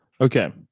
Okay